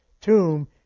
tomb